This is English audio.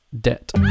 debt